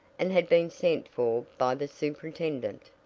and had been sent for by the superintendent.